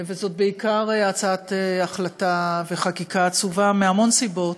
וזאת בעיקר הצעת החלטה וחקיקה עצובה, מהמון סיבות,